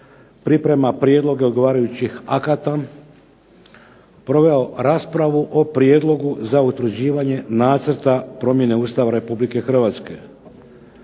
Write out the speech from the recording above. priprema prijedloge odgovarajućih akata proveo raspravu o prijedlogu za utvrđivanje Nacrta promjene Ustava Republike Hrvatske.